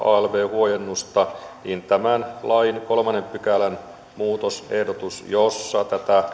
huojennusta kolmannen pykälän muutosehdotus jossa tätä lain